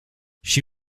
she